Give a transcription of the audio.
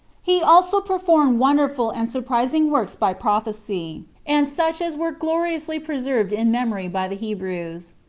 he also performed wonderful and surprising works by prophecy, and such as were gloriously preserved in memory by the hebrews.